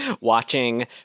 watching